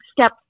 step